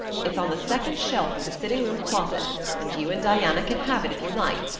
it's on the second shelf of the sitting-room closet and you and diana can have it if you like,